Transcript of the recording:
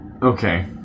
Okay